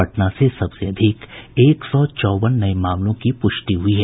पटना से सबसे अधिक एक सौ चौवन नये मामलों की पुष्टि हुई है